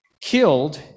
killed